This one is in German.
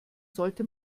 sollte